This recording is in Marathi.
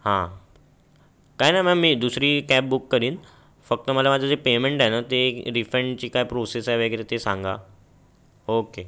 हां काही नाही मॅम मी दुसरी कॅब बुक करीन फक्त मला माझं जे पेमेंट आहे ना ते रिफंडची काय प्रोसेस आहे वगैरे ते सांगा ओके